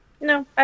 No